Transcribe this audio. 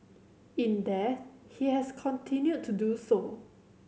in death he has continued to do so